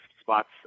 spots